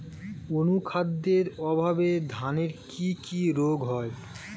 অনুখাদ্যের অভাবে ধানের কি কি রোগ হয়?